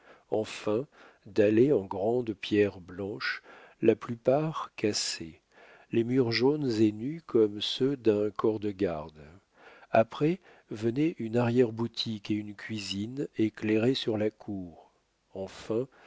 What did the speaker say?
enfin dallée en grandes pierres blanches la plupart cassées les murs jaunes et nus comme ceux d'un corps-de-garde après venaient une arrière-boutique et une cuisine éclairées sur la cour enfin